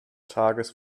tages